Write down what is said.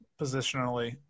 positionally